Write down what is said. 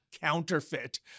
Counterfeit